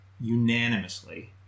unanimously